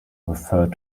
referred